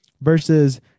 versus